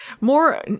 more